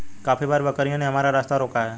काफी बार बकरियों ने हमारा रास्ता रोका है